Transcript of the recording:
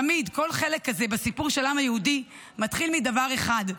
תמיד כל חלק כזה בסיפור של העם היהודי מתחיל מדבר אחד,